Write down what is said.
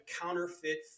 counterfeit